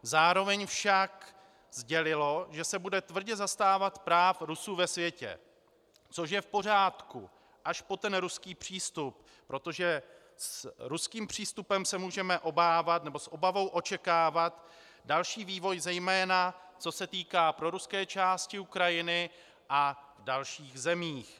Zároveň však sdělilo, že se bude tvrdě zastávat práv Rusů ve světě, což je v pořádku, až po ten ruský přístup, protože s ruským přístupem můžeme s obavou očekávat další vývoj, zejména co se týká proruské části Ukrajiny a dalších zemí.